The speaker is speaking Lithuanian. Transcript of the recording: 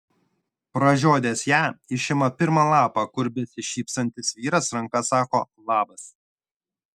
pražiodęs ją išima pirmą lapą kur besišypsantis vyras ranka sako labas